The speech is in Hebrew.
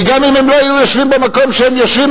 כי גם אם הם לא היו יושבים במקום שהם יושבים